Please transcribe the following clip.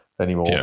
anymore